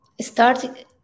start